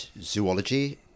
zoology